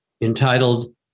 entitled